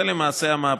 זו למעשה המהפכה.